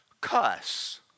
cuss